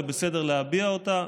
זה בסדר להביע אותה,